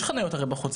ויש חניות הרי בחוץ,